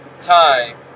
time